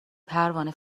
پروانه